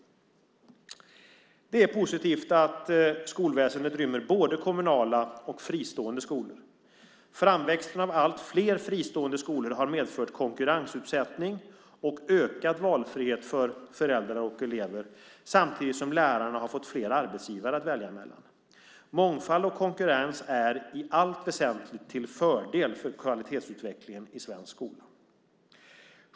Det är positivt att skolväsendet rymmer både kommunala och fristående skolor. Framväxten av allt fler fristående skolor har medfört konkurrensutsättning och ökad valfrihet för föräldrar och elever, samtidigt som lärarna har fått fler arbetsgivare att välja mellan. Mångfald och konkurrens är, i allt väsentligt, till fördel för kvalitetsutvecklingen i svensk skola.